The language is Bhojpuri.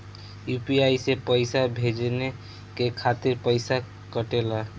यू.पी.आई से पइसा भेजने के खातिर पईसा कटेला?